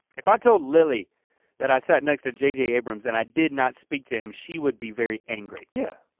if i told lily that i sat next to j j. abrams and i did not speak to him, she would be very angry. yeah.